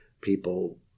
People